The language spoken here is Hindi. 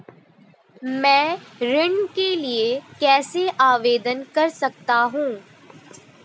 मैं ऋण के लिए कैसे आवेदन कर सकता हूं?